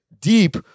deep